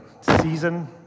season